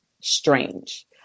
strange